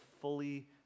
fully